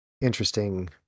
interesting